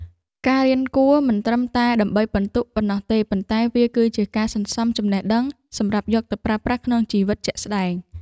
ការរៀនគួរមិនត្រឹមតែដើម្បីពិន្ទុប៉ុណ្ណោះទេប៉ុន្តែវាគឺជាការសន្សំចំណេះដឹងសម្រាប់យកទៅប្រើប្រាស់ក្នុងជីវិតជាក់ស្តែង។